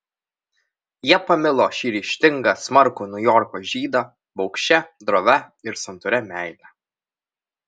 jie pamilo šį ryžtingą smarkų niujorko žydą baugščia drovia ir santūria meile